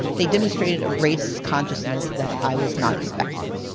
they demonstrated a race consciousness that i was not expecting,